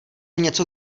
něco